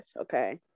okay